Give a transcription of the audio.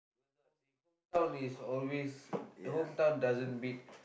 home hometown is always hometown doesn't beat